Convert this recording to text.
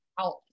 out